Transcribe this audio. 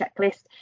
checklist